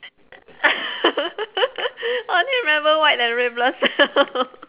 I only remember white and red blood cell